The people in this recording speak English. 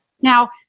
Now